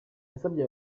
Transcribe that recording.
yasabye